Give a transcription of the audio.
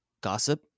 gossip